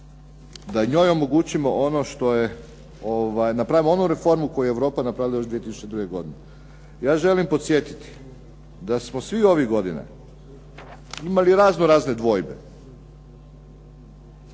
da njoj omogućimo njoj ono što je napravimo onu reformu koju je Europa napravila još 2002. godine. Ja želim podsjetiti da smo svih ovih godina imali razno razne dvojbe.